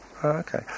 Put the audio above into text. Okay